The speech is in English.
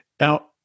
Now